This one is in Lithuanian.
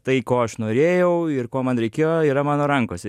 tai ko aš norėjau ir ko man reikėjo yra mano rankose